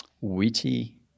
witty